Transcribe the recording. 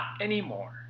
anymore